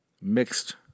mixed